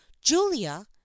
Julia